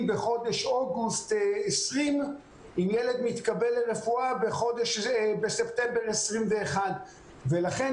בחודש אוגוסט 20 אם ילד מתקבל לרפואה בספטמבר 21. ולכן,